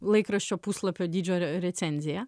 laikraščio puslapio dydžio re recenziją